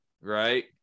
right